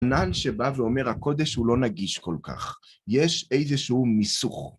נהג שבא ואומר הקודש הוא לא נגיש כל כך, יש איזשהו מיסוך.